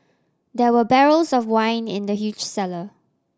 there were barrels of wine in the huge cellar